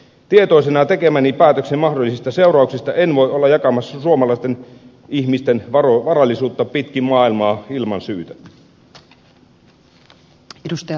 tietoisena tekemäni päätöksen mahdollisista seurauksista en voi olla jakamassa suomalaisten ihmisten varallisuutta pitkin maailmaa ilman syytä